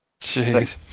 Jeez